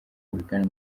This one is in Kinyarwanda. angilikani